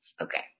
Okay